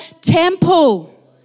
temple